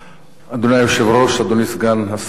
אדוני היושב-ראש, סגן השר,